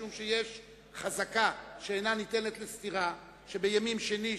משום שיש חזקה שאינה ניתנת לסתירה שבימים שני,